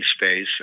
space